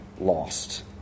lost